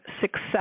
success